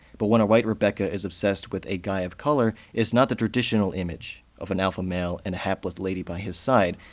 but when a white rebecca is obsessed with a guy of color, it's not the traditional image of an alpha male and a hapless lady by his side.